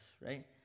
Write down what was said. right